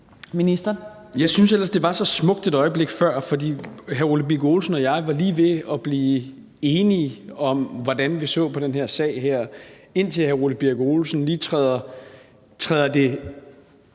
Jeg synes ellers, det var så smukt et øjeblik før, for hr. Ole Birk Olesen og jeg var lige ved at blive enige om, hvordan vi så på den her sag, indtil hr. Ole Birk Olesen efter min